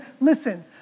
listen